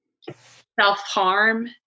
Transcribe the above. self-harm